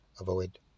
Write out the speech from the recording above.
avoid